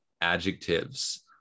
adjectives